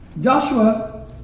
Joshua